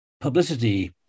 publicity